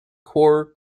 core